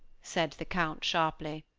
said the count, sharply.